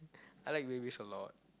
I like babies a lot